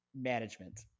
management